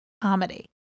comedy